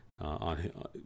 on